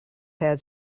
had